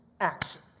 action